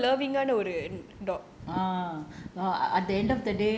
பண்ண முடித்து உங்களால:panna mudithu ungalaala